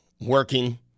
working